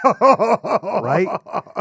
Right